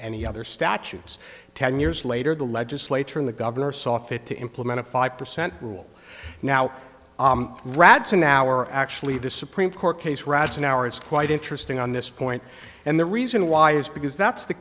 any other statutes ten years later the legislature and the governor saw fit to implement a five percent rule now rads and now are actually the supreme court case ragin hour is quite interesting on this point and the reason why is because that's the